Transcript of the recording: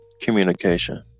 communication